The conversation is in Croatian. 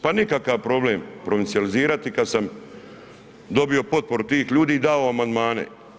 Pa nikakav problem provincijalizirati kada sam dobio potporu tih ljudi i dao amandmane.